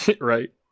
Right